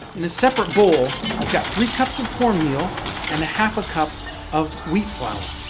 in a separate bowl, i've got three cups of cornmeal and a half a cup of wheat flour.